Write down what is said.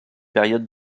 périodes